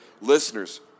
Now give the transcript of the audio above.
Listeners